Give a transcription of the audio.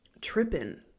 tripping